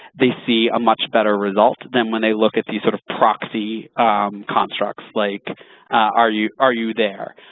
they see a much better result than when they look at the sort of proxy constructs, like are you are you there.